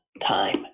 time